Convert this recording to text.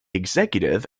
executive